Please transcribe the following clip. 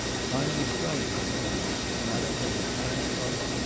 i was right, alphonse. madame has a kind heart'?